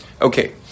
Okay